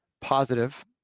positive